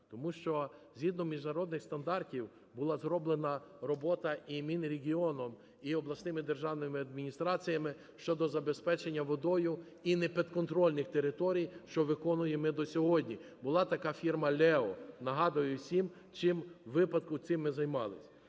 Тому що згідно міжнародних стандартів була зроблена робота і Мінрегіоном, і обласними державними адміністраціями щодо забезпечення водою і непідконтрольних територій, що виконуємо ми й до сьогодні. Була така фірма "ЛЕО". Нагадую всім, чим у випадку цим ми займалися.